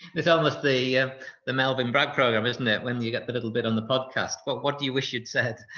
it's almost the ah the melvin bragg programme isn't it when you get the little bit on the podcast what what do you wish you'd said